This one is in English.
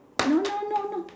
no no no no